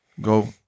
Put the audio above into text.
Go